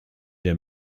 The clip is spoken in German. der